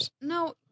no